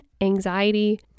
anxiety